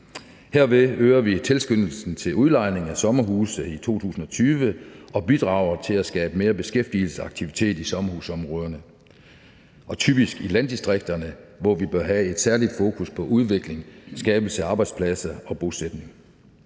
Herved øger vi tilskyndelsen til udlejning af sommerhuse i 2020 og bidrager til at skabe mere beskæftigelsesaktivitet i sommerhusområderne og typisk i landdistrikterne, hvor vi bør have et særligt fokus på udvikling, skabelse af arbejdspladser og bosætning.